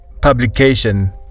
publication